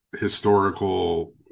historical